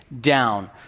down